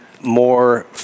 more